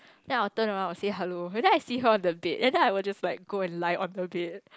then I will turn around and say hello then I see her on the bed then I will just like go lie on the bed